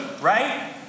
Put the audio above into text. right